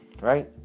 right